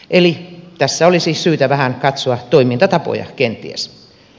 eli tässä olisi syytä vähän katsoa toimintatapoja kenties